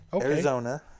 Arizona